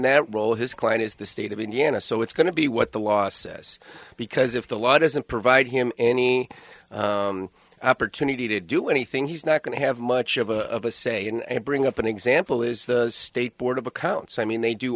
that role his client is the state of indiana so it's going to be what the law says because if the law doesn't provide him any opportunity to do anything he's not going to have much of a of a say in and bring up an example is the state board of accounts i mean they do